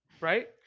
right